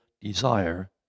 desire